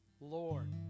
Lord